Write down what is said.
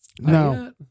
No